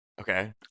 Okay